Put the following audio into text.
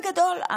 בגדול,